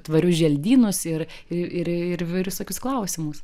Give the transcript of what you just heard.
tvarius želdynus ir ir ir įvairius tokius klausimus